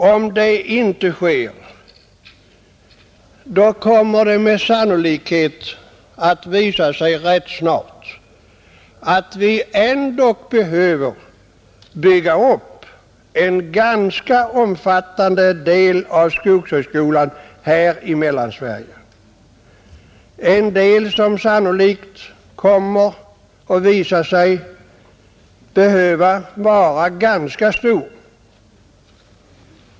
Om det inte sker kommer det med all sannolikhet rätt snart att visa sig att vi ändå behöver bygga upp en avdelning av skogshögskolan i Mellansverige — en avdelning som sannolikt kommer att visa sig behöva vara ganska stor.